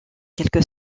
quelque